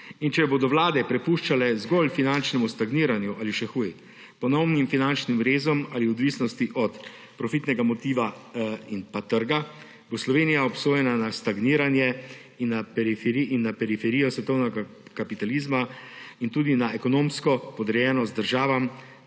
Če bodo vlade prepuščale zgolj finančnemu stagniranju ali, še huje, ponovnim finančnim rezom ali odvisnosti od profitnega motiva in pa trga, bo Slovenija obsojena na stagniranje in na periferijo svetovnega kapitalizma in tudi na ekonomsko podrejenost državam,